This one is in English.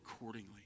accordingly